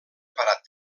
barat